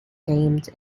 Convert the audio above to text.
games